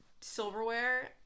silverware